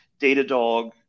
Datadog